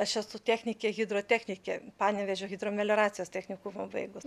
aš esu technikė hidrotechnikė panevėžio hidromelioracijos technikumą baigus